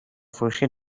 فروشی